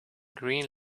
green